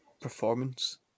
performance